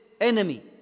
enemy